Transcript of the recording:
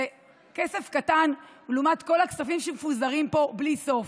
זה כסף קטן לעומת כל הכספים שמפוזרים פה בלי סוף,